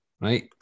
Right